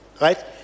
right